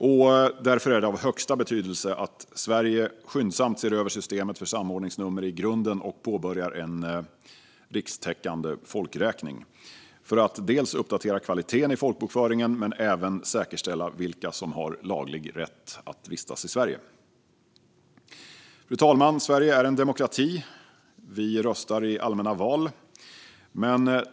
Det är därför av högsta betydelse att Sverige skyndsamt ser över systemet för samordningsnummer i grunden och påbörjar en rikstäckande folkräkning för att dels uppdatera kvaliteten i folkbokföringen, dels säkerställa vilka som har laglig rätt att vistas i Sverige. Fru talman! Sverige är en demokrati. Vi röstar i allmänna val.